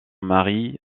mari